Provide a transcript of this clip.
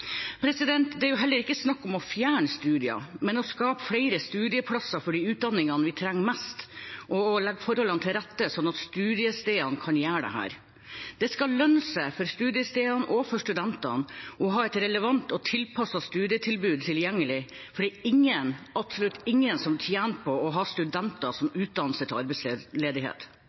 Det er heller ikke snakk om å fjerne studier, men å skape flere studieplasser for de utdanningene vi trenger mest, og å legge forholdene til rette slik at studiestedene kan gjøre dette. Det skal lønne seg for studiestedene og for studentene å ha et relevant og tilpasset studietilbud tilgjengelig, for ingen – absolutt ingen – tjener på å ha studenter som utdanner seg til arbeidsledighet.